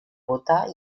votar